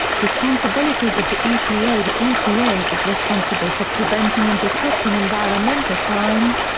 responsibilities of the epa the epa is responsible for preventing and detecting environmental crimes,